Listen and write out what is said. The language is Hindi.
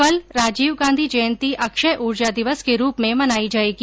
कल राजीव गांधी जयंती अक्षय ऊर्जा दिवस के रूप में मनाई जायेगी